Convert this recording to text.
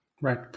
Right